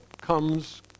comes